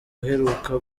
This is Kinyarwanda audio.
aheruka